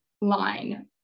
line